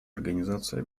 организация